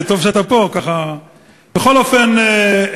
בכל אופן,